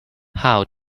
how